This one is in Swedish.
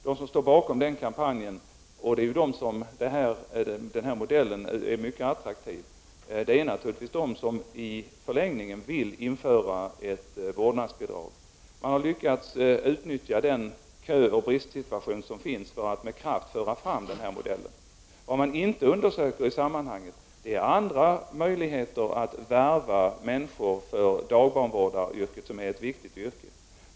De som står bakom den kampanjen är de som den här modellen är mycket attraktiv för och naturligtvis de som i förlängningen vill införa ett vårdnadsbidrag. Man har lyckats utnyttja den köoch bristsituation som finns för att med kraft föra fram den här modellen. Det man inte har undersökt i sammanhanget är andra möjligheter att värva människor för dagbarnvårdaryrket, som är ett viktigt yrke.